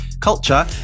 culture